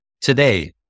today